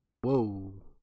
whoa